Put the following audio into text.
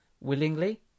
willingly